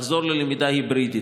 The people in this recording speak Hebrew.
היא לחזור ללמידה היברידית.